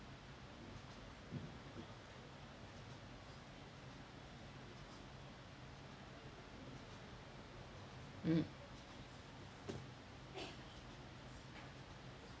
mm